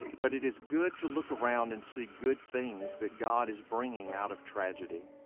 but it is good to look around and see good things that god is bringing out of tragedy.